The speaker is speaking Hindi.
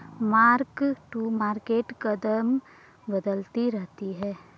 मार्क टू मार्केट रकम बदलती रहती है